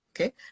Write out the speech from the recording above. okay